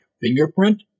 fingerprint